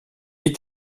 est